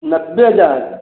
नब्बे हज़ार